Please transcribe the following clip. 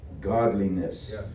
godliness